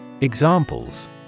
Examples